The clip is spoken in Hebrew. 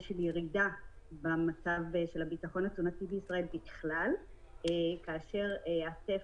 יש ירידה במצב של הביטחון התזונתי בישראל בכלל כאשר הטף,